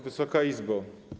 Wysoka Izbo!